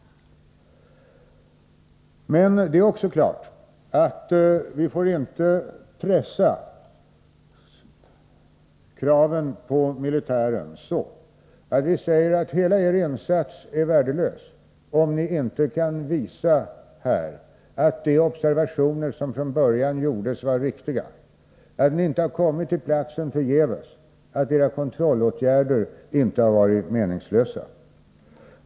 Det är emellertid också klart att vi inte får pressa kraven på militären så långt att vi säger att hela dess insats är värdelös om den inte kan visa att de observationer som gjordes från början var riktiga, att man inte har kommit till platsen förgäves och att kontrollåtgärderna inte har varit meningslösa.